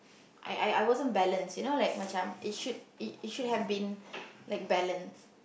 I I I wasn't balanced you know like macam it should it it should have been like balanced